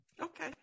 Okay